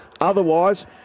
Otherwise